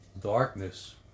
Darkness